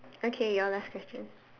okay your last question